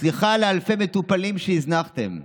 סליחה מאלפי מטופלים שהזנחתם,